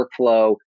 workflow